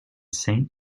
saint